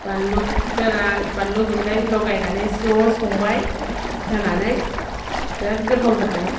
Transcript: बानलु गोरान बानलु गुन्दै लगायनानै ज' संबाय होनानै बिराथ गोथाव जादों